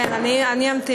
כן, אני אמתין.